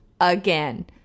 again